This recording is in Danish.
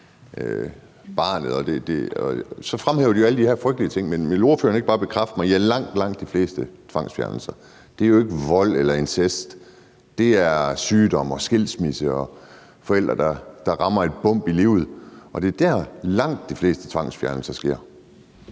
så fremhæver alle de her frygtelige ting. Men vil ordføreren ikke bare bekræfte mig i, at langt, langt de fleste tvangsfjernelser jo ikke sker på grund af vold eller incest, men at det er på grund af sygdom, skilsmisse og forældre, der rammer et bump i livet, at langt de fleste tvangsfjernelser sker?